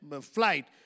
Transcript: flight